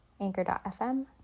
anchor.fm